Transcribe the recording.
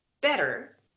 better